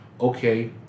okay